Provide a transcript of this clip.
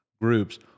groups